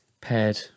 paired